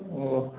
ଓ